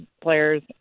players